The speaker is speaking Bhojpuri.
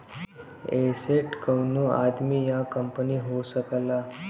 एसेट कउनो आदमी या कंपनी हो सकला